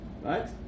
Right